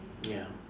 ya